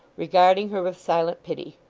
regarding her with silent pity.